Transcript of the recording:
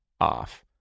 off